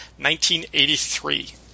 1983